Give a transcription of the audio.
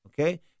Okay